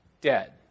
dead